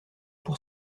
pour